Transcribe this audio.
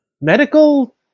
medical